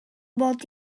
mod